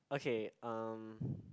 okay um